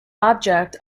object